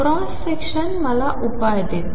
cross section मला उपाय देते